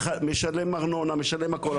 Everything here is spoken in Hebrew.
משלם ארנונה משלם הכל,